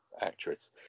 actress